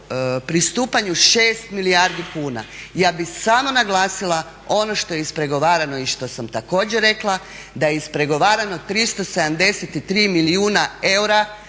pristupanju 6 milijardi kuna. Ja bih samo naglasila ono što je ispregovarano i što sam također rekla, da je ispregovarano 373 milijuna eura